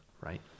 right